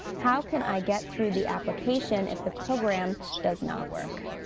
how can i get through the application if the program does not work